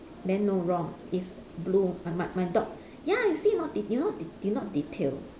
then no wrong it's blue I my my dog ya you see not de~ you not you not detailed